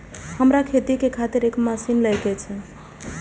हमरा खेती के खातिर एक मशीन ले के छे?